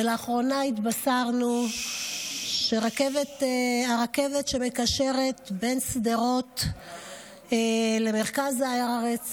ולאחרונה התבשרנו שהרכבת שמקשרת בין שדרות למרכז הארץ